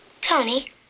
Tony